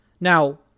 Now